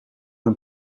hun